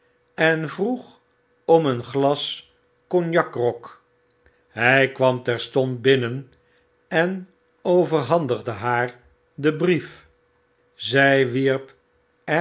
en vroeg om een glas cognacgrog hij kwam terstond binnen en overhandigde haar den brief zy wierp